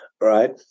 right